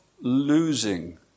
losing